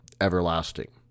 everlasting